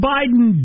Biden